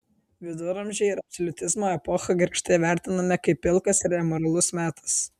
viduramžiai ir absoliutizmo epocha griežtai vertinami kaip pilkas ir amoralus metas